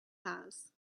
has